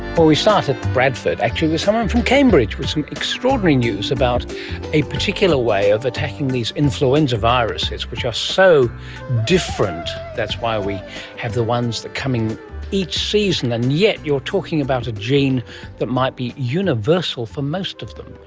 we start at bradford, actually with someone from cambridge, with some extraordinary news about a particular way of attacking these influenza viruses which are so different, that's why we have the ones that come in each season, and yet you're talking about a gene that might be universal for most of them.